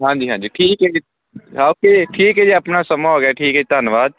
ਹਾਂਜੀ ਹਾਂਜੀ ਠੀਕ ਹੈ ਜੀ ਓਕੇ ਠੀਕ ਹੈ ਜੀ ਆਪਣਾ ਸਮਾਂ ਹੋ ਗਿਆ ਠੀਕ ਹੈ ਧੰਨਵਾਦ